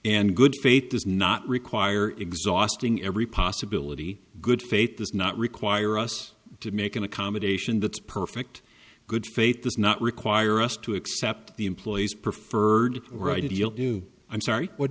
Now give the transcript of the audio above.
and good faith does not require exhausting every possibility good faith does not require us to make an accommodation that's perfect good faith does not require us to accept the employee's preferred right he'll do i'm sorry what